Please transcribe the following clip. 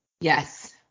Yes